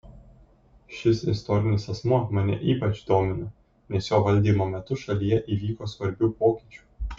šis istorinis asmuo mane ypač domina nes jo valdymo metu šalyje įvyko svarbių pokyčių